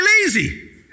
lazy